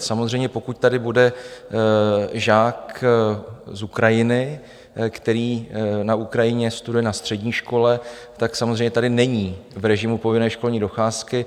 Samozřejmě, pokud tady bude žák z Ukrajiny, který na Ukrajině studuje na střední škole, samozřejmě tady není v režimu povinné školní docházky.